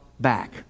back